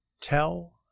tell